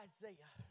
Isaiah